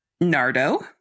Nardo